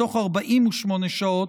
בתוך 48 שעות,